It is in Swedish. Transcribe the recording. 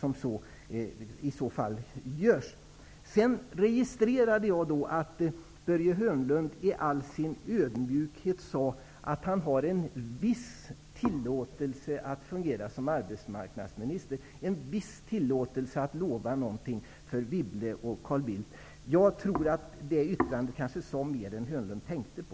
Jag registrerade att Börje Hörnlund i all sin ödmjukhet sade att han har en viss tillåtelse att fungera som arbetsmarknadsminister, en viss tillåtelse av Anne Wibble och Carl Bildt att lova någonting. Jag tror att det yttrandet sade mer än Börje Hörnlund tänkte på.